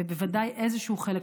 ובוודאי איזשהו חלק,